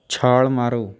ਛਾਲ ਮਾਰੋ